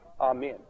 Amen